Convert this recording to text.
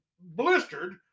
blistered